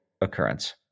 occurrence